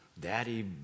Daddy